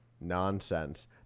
nonsense